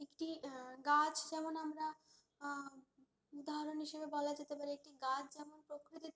একটি গাছ যেমন আমরা উদাহরণ হিসেবে বলা যেতে পারে একটি গাছ যেমন প্রকৃতিতে